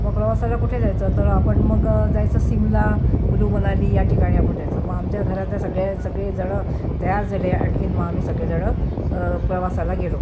मग प्रवासाला कुठे जायचं तर आपण मग जायचं सिमला कुल्लू मनाली या ठिकाणी आपण जायचं मग आमच्या घरातल्या सगळ्या सगळेजण तयार झाले आणखी मग आम्ही सगळेजण प्रवासाला गेलो